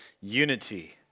unity